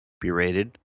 berated